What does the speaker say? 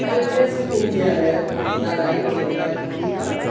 HelpAge इन्डियानो दानारि अनसुंथाइ थि खालाम